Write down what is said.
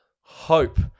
hope